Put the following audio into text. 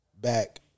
back